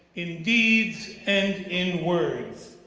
in deeds and in words.